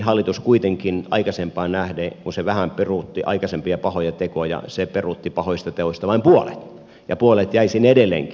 hallitus kuitenkin aikaisempaan nähden kun se vähän peruutti aikaisempia pahoja tekoja peruutti pahoista teoista vain puolet ja puolet jäi sinne edelleenkin